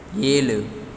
ஏழு